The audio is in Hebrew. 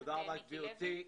תודה גברתי.